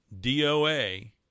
DOA